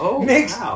makes